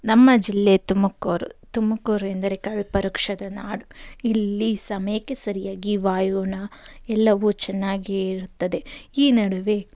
ನಮ್ಮ ಜಿಲ್ಲೆ ತುಮಕೂರು ತುಮಕೂರೆಂದರೆ ಕಲ್ಪವೃಕ್ಷದ ನಾಡು ಇಲ್ಲಿ ಸಮಯಕ್ಕೆ ಸರಿಯಾಗಿ ವಾಯುಗುಣ ಎಲ್ಲವು ಚೆನ್ನಾಗಿಯೇ ಇರುತ್ತದೆ ಈ ನಡುವೆ